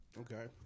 Okay